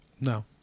No